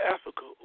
Africa